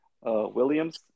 Williams